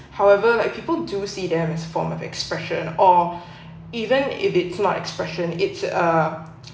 however like people do see them as form of expression or even if it's not expression it's uh